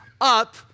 up